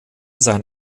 sein